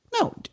No